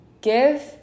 give